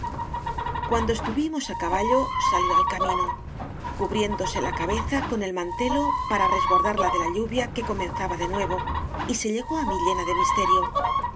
cuando estuvimos á caballo salió al ca mino cubriéndose la cabeza con el man telo para resguardarla de la lluvia que comenzaba de nuevo y se llegó á mí llena de misterio